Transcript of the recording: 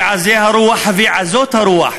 ועזי הרוח ועזות הרוח,